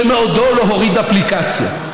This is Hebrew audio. שמעודו לא הוריד אפליקציה.